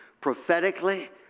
prophetically